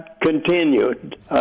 continued